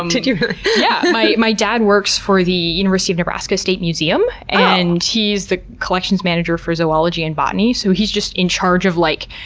did you really? yeah, my my dad works for the university of nebraska state museum and he's the collections manager for zoology and botany, so he's just in charge of, like,